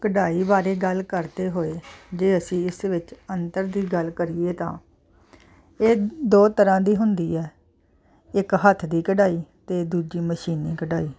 ਕਢਾਈ ਬਾਰੇ ਗੱਲ ਕਰਦੇ ਹੋਏ ਜੇ ਅਸੀਂ ਇਸ ਵਿੱਚ ਅੰਤਰ ਦੀ ਗੱਲ ਕਰੀਏ ਤਾਂ ਇਹ ਦੋ ਤਰ੍ਹਾਂ ਦੀ ਹੁੰਦੀ ਹੈ ਇਕ ਹੱਥ ਦੀ ਕਢਾਈ ਅਤੇ ਦੂਜੀ ਮਸ਼ੀਨੀ ਕਢਾਈ